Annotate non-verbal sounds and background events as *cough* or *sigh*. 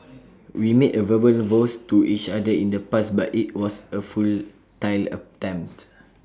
*noise* we made A verbal vows to each other in the past but IT was A futile attempt